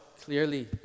clearly